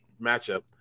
matchup